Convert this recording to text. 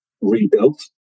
rebuilt